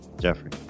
Jeffrey